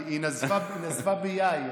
היא נזפה ביאיר.